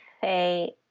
say